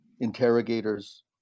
interrogators